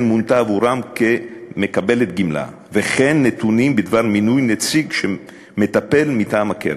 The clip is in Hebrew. מונתה עבורם כמקבלת גמלה וכן נתונים בדבר מינוי נציג שמטפל מטעם הקרן,